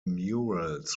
murals